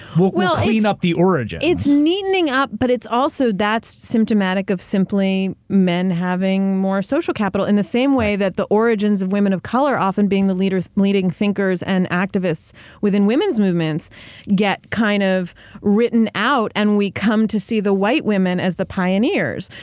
we'll clean up the origins. it's neatening up, but it's also that's symptomatic of simply men having more social capital, in the same way that the origins of the women of color often being the leading leading thinkers and activists within women's movements get kind of written out. and we come to see the white women as the pioneers.